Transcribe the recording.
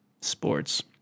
Sports